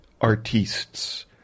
artists